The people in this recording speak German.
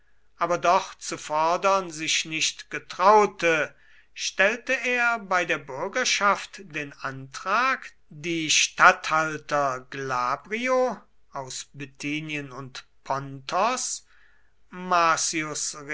aber doch zu fordern sich nicht getraute stellte er bei der bürgerschaft den antrag die statthalter glabrio aus bithynien und pontos marcius